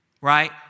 right